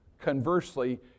conversely